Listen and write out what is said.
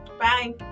bye